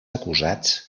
acusats